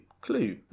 Clue